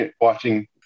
watching